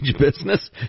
business